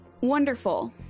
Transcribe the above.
Wonderful